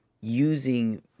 using